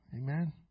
Amen